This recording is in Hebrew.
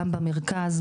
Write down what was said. גם במרכז,